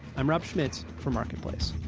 i'm rob schmitz for marketplace